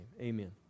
Amen